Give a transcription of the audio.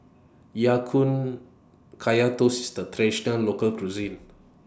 Ya Kun Kaya Toast IS A Traditional Local Cuisine